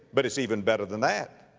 but it's even better than that.